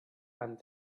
and